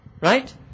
Right